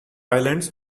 islands